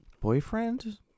boyfriend